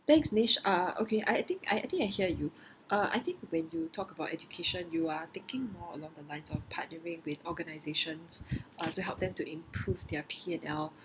thanks uh okay I think I think I hear you uh I think when you talk about education you are thinking more along the lines of partnering with organisations uh to help them to improve their P_N_L